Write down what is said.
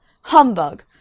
Humbug